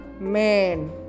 man